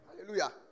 Hallelujah